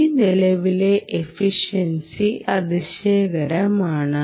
ഈ നിലവിലെ എഫിഷൻസി അതിശയകരമാണ്